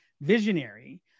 visionary